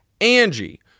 Angie